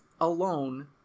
alone